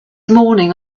morning